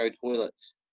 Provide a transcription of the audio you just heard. toilets